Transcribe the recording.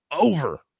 over